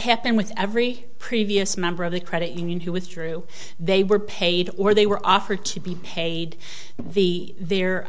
happened with every previous member of the credit union who withdrew they were paid or they were offered to be paid the their